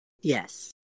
Yes